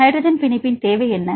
hydrogen பிணைப்பின் தேவை என்ன